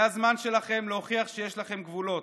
זה הזמן שלכם להוכיח שיש לכם גבולות,